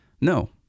No